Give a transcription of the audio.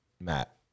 Matt